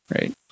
right